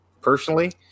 personally